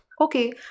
Okay